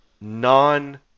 non